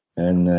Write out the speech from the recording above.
and